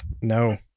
No